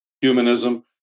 Humanism